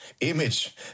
image